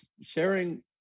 sharing